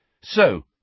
So